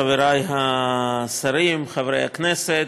חבריי השרים, חברי הכנסת,